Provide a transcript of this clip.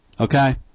Okay